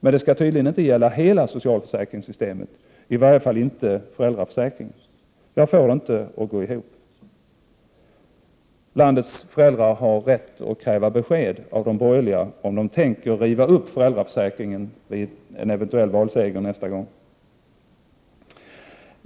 Men det skall tydligen inte gälla hela socialförsäkringssystemet — i varje fall inte själva försäkringen. Jag får alltså inte det hela att gå ihop. Landets föräldrar har rätt att kräva ett besked från de borgerliga om huruvida de tänker riva upp föräldraförsäkringen vid en eventuell seger i nästa val.